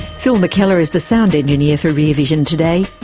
phil mckellar is the sound engineer for rear vision today.